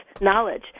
knowledge